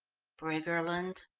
briggerland?